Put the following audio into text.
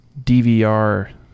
DVR